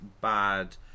bad